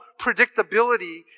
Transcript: predictability